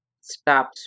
Stops